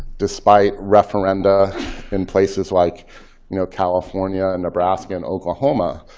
despite referenda in places like you know california, and nebraska, and oklahoma,